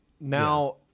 Now